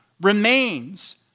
remains